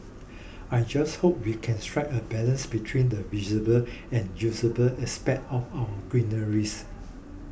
I just hope we can strike a balance between the and the usable aspects of our greeneries